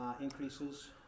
increases